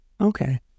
Okay